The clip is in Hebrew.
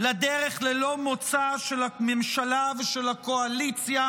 אתם ממש עצובים מהדבר הזה.